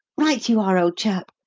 right you are, old chap.